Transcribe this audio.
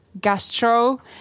gastro